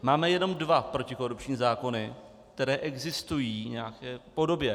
Máme jenom dva protikorupční zákony, které existují v nějaké podobě.